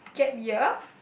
gap year